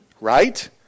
right